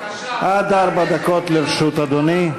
עד ארבע דקות לרשות אדוני.